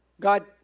God